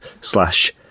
slash